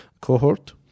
cohort